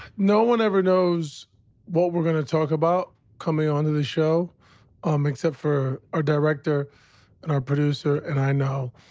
no one ever knows what we're gonna talk about coming onto the show um except for our director and our producer. and i know.